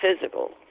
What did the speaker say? physical